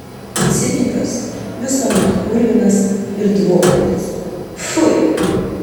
cinikas visuomet purvinas ir dvokiantis pfui